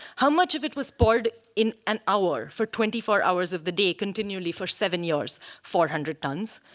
how much of it was poured in an hour for twenty four hours of the day continually for seven years, four hundred tons.